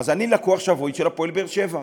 אז אני לקוח שבוי של "הפועל באר-שבע".